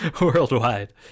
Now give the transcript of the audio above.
worldwide